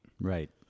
right